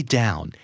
down